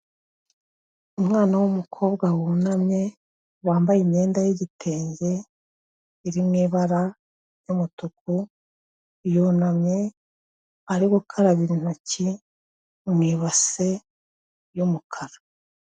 Umwana w'umukobwa wunamye, wambaye imyenda y'igitenge iri mu ibara ry'umutuku, yunamye ari gukaraba intoki mu ibase y'umukara.